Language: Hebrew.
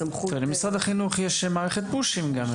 סמכות --- למשרד החינוך יש גם מערכת פושים.